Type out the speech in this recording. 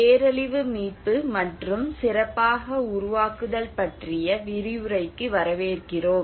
பேரழிவு மீட்பு மற்றும் சிறப்பாக உருவாக்குதல் பற்றிய விரிவுரைக்கு வரவேற்கிறோம்